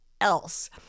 else